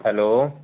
hello